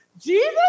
Jesus